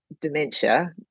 dementia